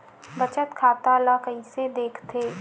बचत खाता ला कइसे दिखथे?